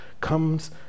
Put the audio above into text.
comes